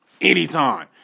anytime